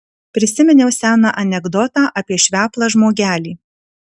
prisiminiau seną anekdotą apie šveplą žmogelį